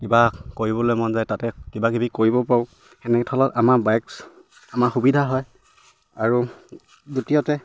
কিবা কৰিবলৈ মন যায় তাতে কিবা কিবি কৰিব পাৰোঁ সেনে থলত আমাৰ বাইক আমাৰ সুবিধা হয় আৰু দ্বিতীয়তে